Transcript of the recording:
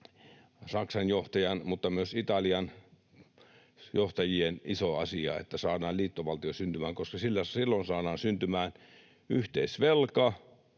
Saksan johtajan, mutta myös Italian johtajien iso asia, että saadaan liittovaltio syntymään, koska silloin saadaan syntymään yhteisvelka,